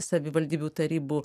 savivaldybių tarybų